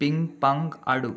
ping pong ಆಡು